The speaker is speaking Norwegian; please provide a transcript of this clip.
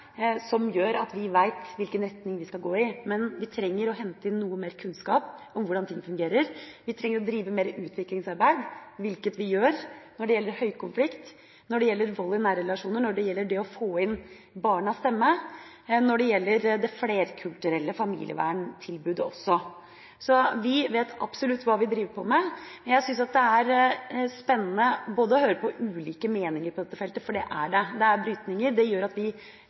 som gjør at vi vet hvilken retning vi skal gå i. Men vi trenger å hente inn noe mer kunnskap om hvordan ting fungerer. Vi trenger å drive mer utviklingsarbeid – hvilket vi gjør når det gjelder høykonflikt, vold i nære relasjoner, det å få inn barnas stemme og det flerkulturelle familieverntilbudet. Vi vet absolutt hva vi driver på med, men jeg syns det er spennende å høre på ulike meninger på dette feltet, for det er det. Det er brytninger, og det gjør at vi